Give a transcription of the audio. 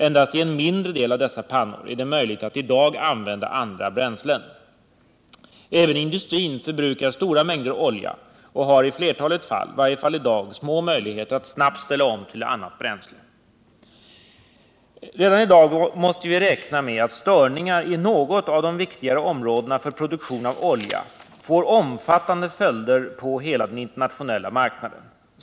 Endast i en mindre del av dessa pannor är det möjligt att i dag använda andra bränslen. Även industrin förbrukar stora mängder olja och har i flertalet fall små möjligheter att snabbt ställa om till annat bränsle. Redan i dag måste vi räkna med att störningar i något av de viktigare områdena för produktion av olja får omfattande följder på hela den internationella marknaden.